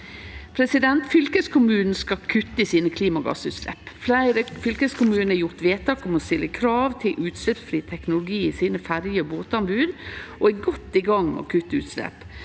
Fylkeskommunen skal kutte i klimagassutsleppa sine. Fleire fylkeskommunar har gjort vedtak om å stille krav til utsleppsfri teknologi i ferje- og båtanboda sine og er godt i gang med å kutte utslepp.